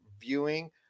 viewing